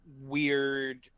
weird